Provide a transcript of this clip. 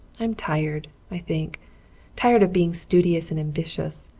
i'm tired, i think tired of being studious and ambitious.